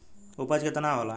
उपज केतना होला?